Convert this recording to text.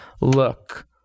look